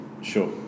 Sure